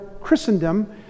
Christendom